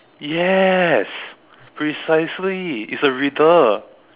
yes precisely it's a riddle